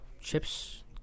chips